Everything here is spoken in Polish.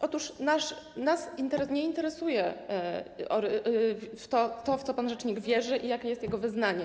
Otóż nas nie interesuje to, w co pan rzecznik wierzy ani jakie jest jego wyznanie.